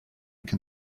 can